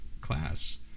class